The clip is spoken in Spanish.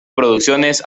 producciones